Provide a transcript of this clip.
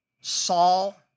Saul